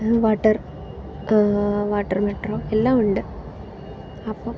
water water metro എല്ലാം ഉണ്ട് അപ്പം